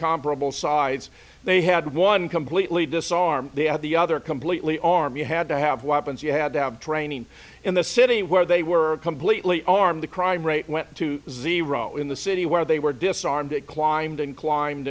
comparable size they had one completely disarm they have the other completely arm you had to have weapons you had to have training in the city where they were completely armed the crime rate went to zero in the city where they were disarmed it climbed and cli